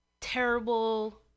terrible